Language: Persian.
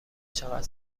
چقدر